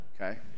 Okay